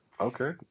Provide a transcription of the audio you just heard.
Okay